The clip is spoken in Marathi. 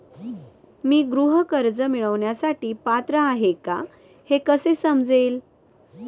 मी गृह कर्ज मिळवण्यासाठी पात्र आहे का हे कसे समजेल?